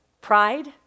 Pride